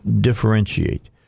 differentiate